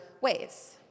ways